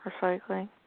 Recycling